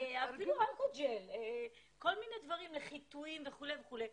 אפילו אלכוג'ל וכול מיני דברים לחיטויים וכולי וכולי.